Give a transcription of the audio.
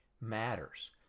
matters